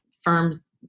firms